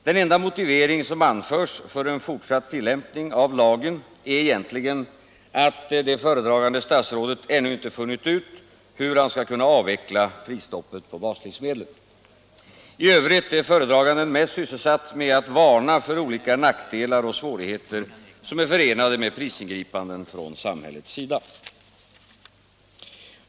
Den enda motivering som anförs för en fortsatt tillämpning av lagen är egentligen att det föredragande statsrådet ännu inte funnit ut hur han skall kunna avveckla prisstoppet på baslivsmedlen. I övrigt är föredraganden mest sysselsatt med att varna för olika nackdelar och svårigheter som är förenade med prisingripanden från samhällets sida.